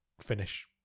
finish